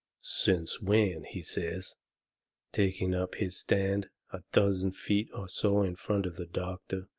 since when, he says taking up his stand a dozen feet or so in front of the doctor,